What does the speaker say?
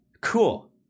cool